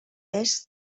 est